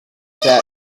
that